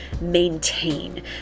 maintain